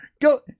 Go